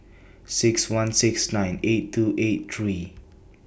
six one six nine eight two eight three